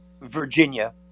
Virginia